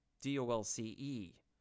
D-O-L-C-E